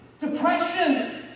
Depression